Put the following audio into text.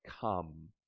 come